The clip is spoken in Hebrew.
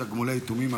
תגמולי יתומים,